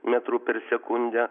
metrų per sekundę